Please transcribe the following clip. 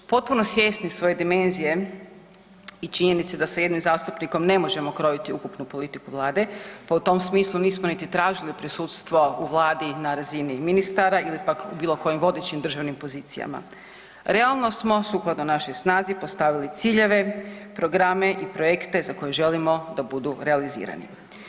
Potpuno svjesni svoje dimenzije i činjenice da sa jednim zastupnikom ne možemo krojiti ukupnu politiku Vlade, pa u tom smislu nismo niti tražili prisustvo u Vladi na razini ministara ili pak u bilo kojim vodećim državnim pozicijama, realno smo sukladno našoj snazi postavili ciljeve, programe i projekte za koje želimo da budu realizirani.